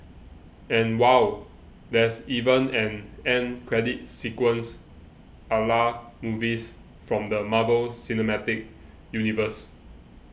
and wow there's even an end credit sequence a la movies from the Marvel cinematic universe